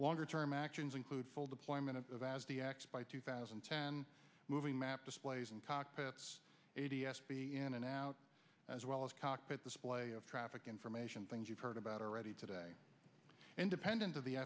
longer term actions include full deployment of as the two thousand and ten moving map displays and cockpits d s p in and out as well as cockpit display of traffic information things you've heard about already today independent of the